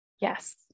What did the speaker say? yes